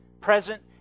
present